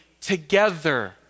together